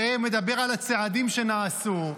מדבר על הצעדים שנעשו,